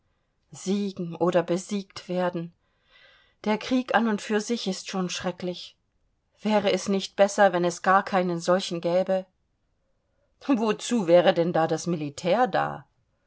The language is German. siegen oder besiegt werden der krieg an und für sich ist schon schrecklich wäre es nicht besser wenn es gar keinen solchen gäbe wozu wäre denn da das militär da